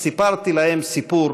אז סיפרתי להם סיפור